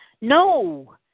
No